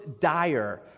dire